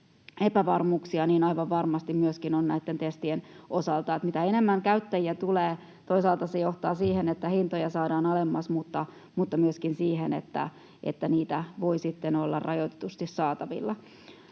epävarmuuksia, niin aivan varmasti myöskin on näitten testien osalta. Mitä enemmän käyttäjiä tulee, toisaalta se johtaa siihen, että hintoja saadaan alemmas, mutta myöskin siihen, että testejä voi sitten olla rajoitetusti saatavilla.